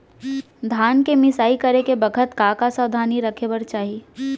धान के मिसाई करे के बखत का का सावधानी रखें बर चाही?